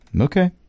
Okay